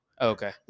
Okay